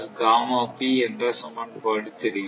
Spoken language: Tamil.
நமக்கு என்ற சமன்பாடு தெரியும்